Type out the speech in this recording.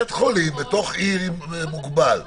בית חולים בתוך אזור מוגבל.